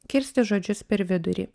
kirsti žodžius per vidurį